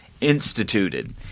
instituted